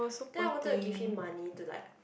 then I wanted to give him money to like